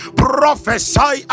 prophesy